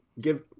give